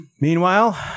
meanwhile